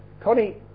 Connie